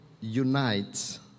unites